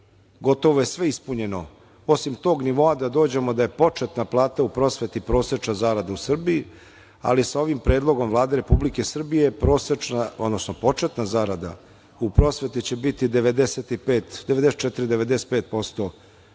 gotovo je sve ispunjeno osim tog nivoa da dođemo da je početna plana u prosveti, prosečna zarada u Srbiji, ali sa ovim predlogom Vlade Republike Srbije prosečna, odnosno početna zarada u prosveti će biti 94,95%